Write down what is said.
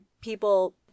people